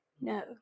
No